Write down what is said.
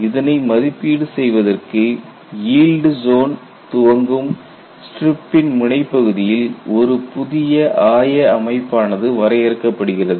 இதனை மதிப்பீடு செய்வதற்கு ஈல்ட் ஜோன் துவங்கும் ஸ்ட்ரிப்பின் முனைப்பகுதியில் ஒரு புதிய ஆய அமைப்பானது வரையறுக்கப்படுகிறது